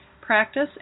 practice